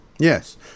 Yes